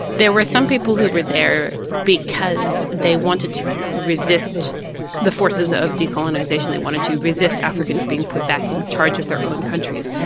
there were some people who were there because they wanted to resist the forces of decolonisation, they wanted to resist africans being put back in charge of their own countries,